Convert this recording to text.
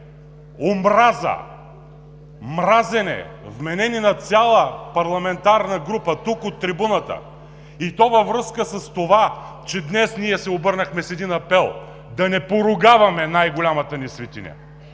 омраза, мразене, вменени на цяла парламентарна група тук от трибуната, и то във връзка с това, че днес ние се обърнахме с един апел да не поругаваме най-голямата ни светиня,